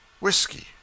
whiskey